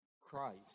Christ